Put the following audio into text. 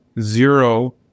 zero